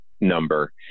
number